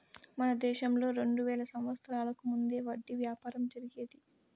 మన దేశంలో రెండు వేల సంవత్సరాలకు ముందే వడ్డీ వ్యాపారం జరిగేది